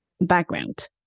background